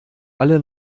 alle